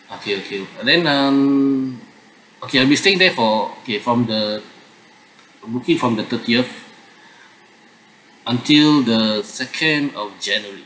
okay okay and then um okay I'll be staying there for okay from the I'm booking from the thirtieth until the second of january